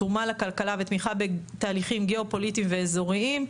תרומה לכלכלה ותמיכה בתהליכים גיאופוליטיים ואזוריים,